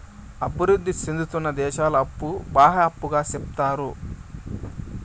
అభివృద్ధి సేందుతున్న దేశాల అప్పు బాహ్య అప్పుగా సెప్తారు